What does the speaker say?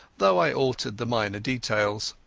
though i altered the minor details.